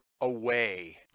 away